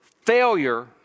Failure